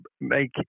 make